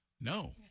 No